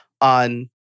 on